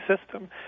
system